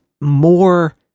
more